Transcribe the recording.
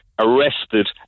arrested